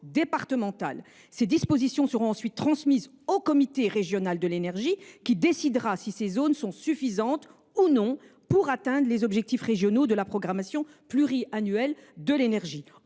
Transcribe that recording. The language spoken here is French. Ces dispositions seront ensuite transmises au comité régional de l’énergie, qui décidera si ces zones sont suffisantes ou non pour atteindre les objectifs régionaux de la programmation pluriannuelle de l’énergie.